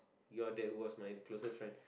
your dad was my closest friend